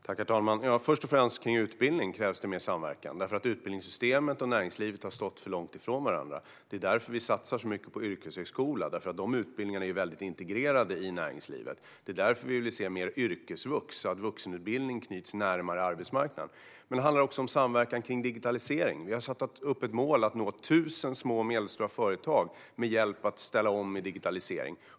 Herr talman! Först och främst krävs mer samverkan när det gäller utbildning. Utbildningsystemet och näringslivet har stått för långt ifrån varandra. Det är därför vi satsar så mycket på yrkeshögskola. Dessa utbildningar är nämligen mycket integrerade i näringslivet. Vi vill även se mer av yrkesvux så att vuxenutbildningen knyts närmare arbetsmarknaden. Det handlar också om samverkan om digitalisering. Vi har satt upp målet att nå tusen små och medelstora företag med hjälp till att ställa om i digitalisering.